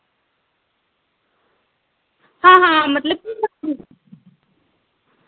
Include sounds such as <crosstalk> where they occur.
हां हां मतलब <unintelligible>